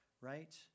right